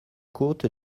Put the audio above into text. côte